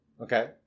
Okay